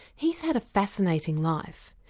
he's had a fascinating life.